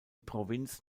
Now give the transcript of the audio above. provinz